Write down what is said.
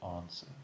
answer